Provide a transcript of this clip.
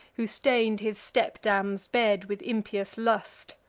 who stain'd his stepdam's bed with impious lust.